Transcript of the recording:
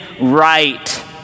right